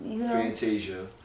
Fantasia